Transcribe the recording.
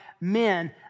men